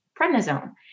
prednisone